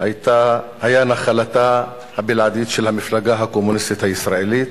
היה נחלתה הבלעדית של המפלגה הקומוניסטית הישראלית,